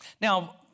Now